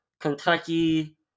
Kentucky